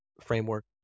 framework